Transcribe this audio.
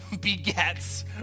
begets